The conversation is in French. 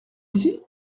ici